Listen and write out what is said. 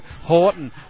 Horton